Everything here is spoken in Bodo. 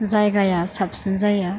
जायगाया साबसिन जायो